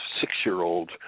six-year-old